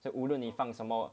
就无论你放什么